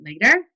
later